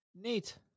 Neat